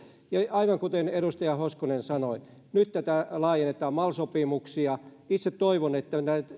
aivan kuten edustaja hoskonen sanoi nyt tätä laajennetaan mal sopimuksia itse toivon että